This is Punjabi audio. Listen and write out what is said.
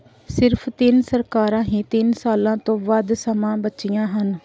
ਸਿਰਫ ਤਿੰਨ ਸਰਕਾਰਾਂ ਹੀ ਤਿੰਨ ਸਾਲ ਤੋਂ ਵੱਧ ਸਮਾਂ ਬਚੀਆਂ ਹਨ